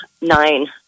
nine